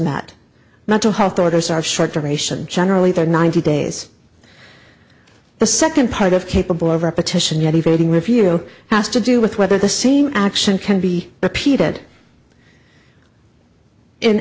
matt mental health orders are short duration generally they're ninety days the second part of capable of repetition yet evading review has to do with whether the same action can be repeated in